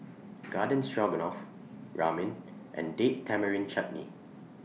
Garden Stroganoff Ramen and Date Tamarind Chutney